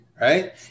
right